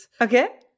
Okay